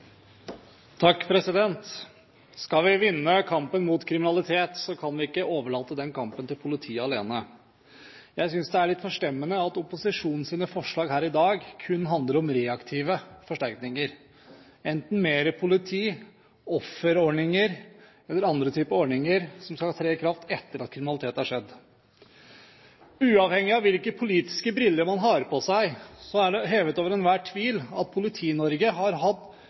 Skal vi vinne kampen mot kriminalitet, kan vi ikke overlate den kampen til politiet alene. Jeg synes det er litt forstemmende at opposisjonens forslag her i dag kun handler om reaktive forsterkninger: enten mer politi, offerordninger eller andre typer ordninger som skal tre i kraft etter at kriminalitet har skjedd. Uavhengig av hvilke politiske briller man har på seg, er det hevet over enhver tvil at Politi-Norge har